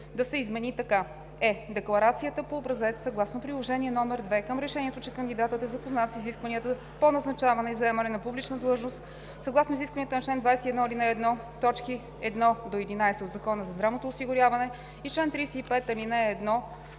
да се измени така: „е) декларация по образец, съгласно Приложение № 2 към решението, че кандидатът е запознат за изискванията по назначаване и заемане на публична длъжност, съгласно изискванията на чл. 21, ал. 1, т. 1-11 от Закона за здравното осигуряване и на чл.